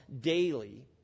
daily